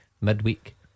midweek